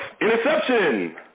interception